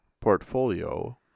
portfolio